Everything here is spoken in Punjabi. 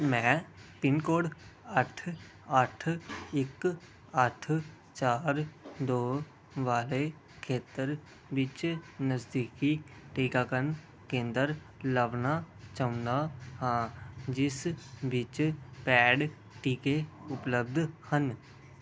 ਮੈਂ ਪਿੰਨ ਕੋਡ ਅੱਠ ਅੱਠ ਇੱਕ ਅੱਠ ਚਾਰ ਦੋ ਵਾਲੇ ਖੇਤਰ ਵਿੱਚ ਨਜ਼ਦੀਕੀ ਟੀਕਾਕਰਨ ਕੇਂਦਰ ਲੱਭਣਾ ਚਾਹੁੰਦਾ ਹਾਂ ਜਿਸ ਵਿੱਚ ਪੈਡ ਟੀਕੇ ਉਪਲਬਧ ਹਨ